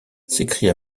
s’écria